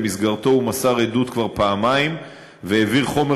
ובמסגרתו הוא מסר עדות כבר פעמיים והעביר חומר